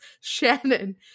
Shannon